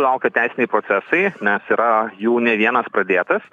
laukia teisiniai procesai nes yra jų ne vienas pradėtas